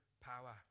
power